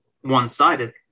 one-sided